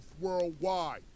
worldwide